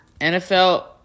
NFL